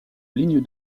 ligne